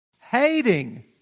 Hating